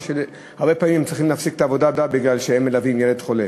כי הרבה פעמים הם צריכים להפסיק את העבודה בגלל שהם מלווים ילד חולה.